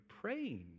praying